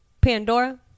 Pandora